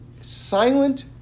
silent